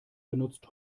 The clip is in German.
benutzt